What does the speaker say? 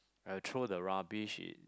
I'll throw the rubbish in